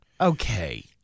Okay